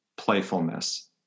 Playfulness